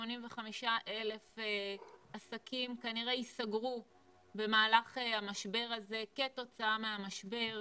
שכ-85,000 עסקים כנראה ייסגרו במהלך המשבר הזה כתוצאה מהמשבר.